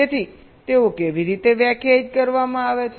તેથી તેઓ કેવી રીતે વ્યાખ્યાયિત કરવામાં આવે છે